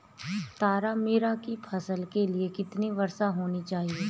तारामीरा की फसल के लिए कितनी वर्षा होनी चाहिए?